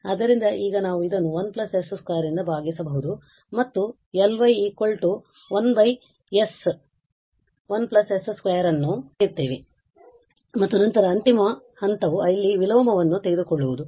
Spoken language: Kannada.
ಆದ್ದರಿಂದ ಈಗ ನಾವು ಇದನ್ನು1 s 2 ರಿಂದ ಭಾಗಿಸಬಹುದು ಮತ್ತು ನಾವು Ly 1 s1s 2 ಅನ್ನು ಪಡೆಯುತ್ತೇವೆ ಮತ್ತು ನಂತರ ಅಂತಿಮ ಹಂತವು ಇಲ್ಲಿ ವಿಲೋಮವನ್ನು ತೆಗೆದುಕೊಳ್ಳುವುದು